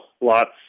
lots